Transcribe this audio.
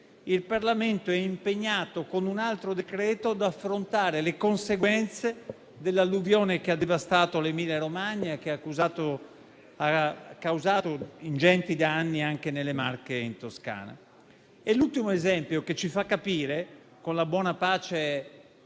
il Parlamento è impegnato con un altro decreto ad affrontare le conseguenze dell'alluvione che ha devastato l'Emilia-Romagna e ha causato ingenti danni anche nelle Marche e in Toscana. È l'ultimo esempio che ci fa capire - con buona pace